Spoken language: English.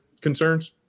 concerns